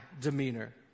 demeanor